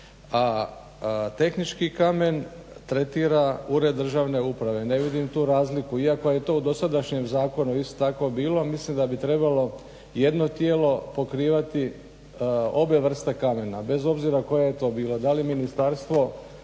a tehnički kamen tretira Ured državne uprave. Ne vidim tu razliku. Iako je to u dosadašnjem zakonu isto tako bilo mislim da bi trebalo jedno tijelo pokrivati obje vrste kamena, bez obzir koje to bilo, da li Ministarstvo